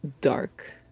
dark